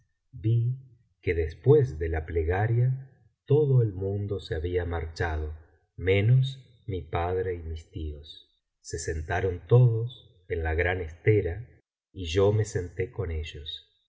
que después de la plegaria todo el mundo se había marchado menos mi padre y mis tíos se sentaron todos en la gran estera y yo me sentó con ellos